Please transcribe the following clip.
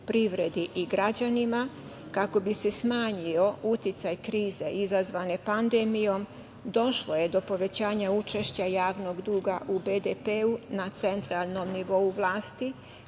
privredi i građanima kako bi se smanjio uticaj krize izazvane pandemijom, došlo je do povećanja učešća javnog duga u BDP na centralnom nivou vlasti